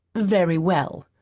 very well.